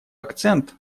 акцент